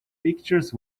pictures